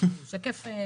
השקף כולו.